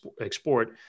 export